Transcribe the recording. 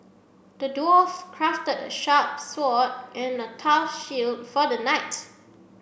the dwarf crafted a sharp sword and a tough shield for the knight